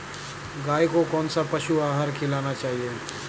गाय को कौन सा पशु आहार खिलाना चाहिए?